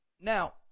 Now